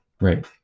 Right